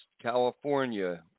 California